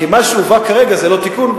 כי מה שהובא כרגע זה לא תיקון,